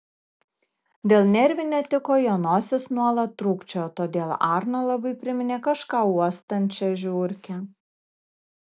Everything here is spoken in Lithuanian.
dėl nervinio tiko jo nosis nuolat trūkčiojo todėl arno labai priminė kažką uostančią žiurkę